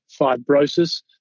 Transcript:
fibrosis